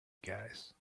guys